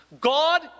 God